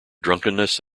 drunkenness